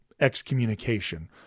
excommunication